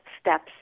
steps